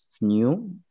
new